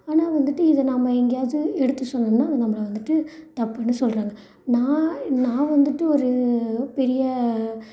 ஆனால் வந்துட்டு இதை நாம் எங்கையாவது எடுத்து சொன்னோம்னா அது நம்மளை வந்துட்டு தப்புன்னு சொல்றாங்க நான் நான் வந்துட்டு ஒரு பெரிய